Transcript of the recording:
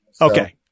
okay